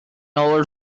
old